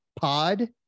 pod